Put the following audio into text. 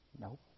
Nope